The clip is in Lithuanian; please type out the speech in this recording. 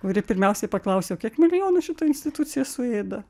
kuri pirmiausiai paklausia o kiek milijonų šita institucija suėda